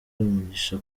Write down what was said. umugisha